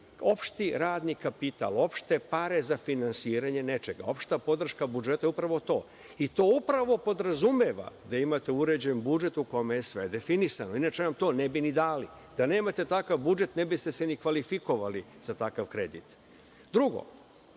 opšti radni kapital, opšte pare za finansiranje nečega. Opšta podrška budžetu je upravo to i to upravo podrazumeva da imate uređen budžet u kome je sve definisano. Inače nam to ne bi ni dali. Da nemate takav budžet ne biste se ni kvalifikovali za takav kredit. Drugo,